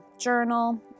journal